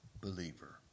believer